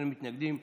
אין מתנגדים,